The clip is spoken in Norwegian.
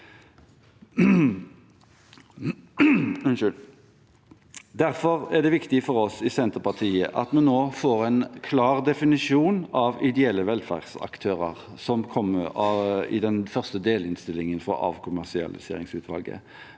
Derfor er det viktig for oss i Senterpartiet at vi nå får en klar definisjon av ideelle velferdsaktører, lik den som kom i den første delinnstillingen fra avkommersialiseringsutvalget.